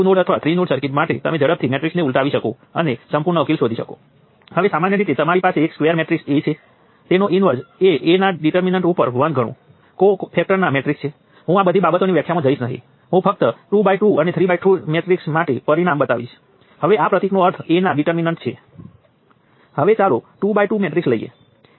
ફરીથી સરળતા માટે મેં ત્રણ નોડવાળી સર્કિટલીધી છે અને તેમાં વોલ્ટેજ કંટ્રોલ વોલ્ટેજ સ્ત્રોત માટે થોડો ફેરફાર કર્યો છે નીચેનો નોડ સંદર્ભ નોડ છે